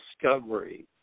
discovery